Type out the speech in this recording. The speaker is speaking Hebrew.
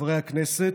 חברי הכנסת,